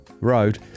Road